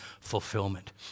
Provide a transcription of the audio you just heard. fulfillment